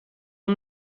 اون